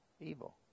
Evil